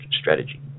strategy